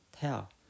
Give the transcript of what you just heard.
tell